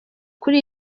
kuri